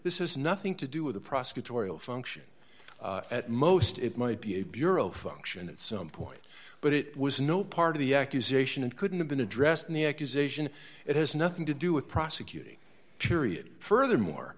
this has nothing to do with a prosecutorial function at most it might be a bureau function at some point but it was no part of the accusation and couldn't have been addressed in the accusation it has nothing to do with prosecuting period furthermore